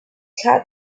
had